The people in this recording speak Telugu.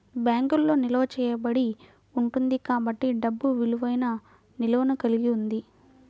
బ్యాంకులో నిల్వ చేయబడి ఉంటుంది కాబట్టి డబ్బు విలువైన నిల్వను కలిగి ఉంది